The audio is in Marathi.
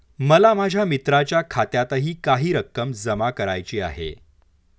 मला माझ्या मित्राच्या खात्यातही काही रक्कम जमा करायची आहे